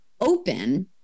open